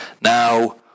Now